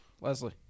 leslie